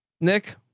Nick